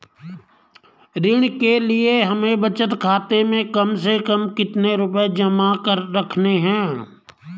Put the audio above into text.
ऋण के लिए हमें बचत खाते में कम से कम कितना रुपये जमा रखने हैं?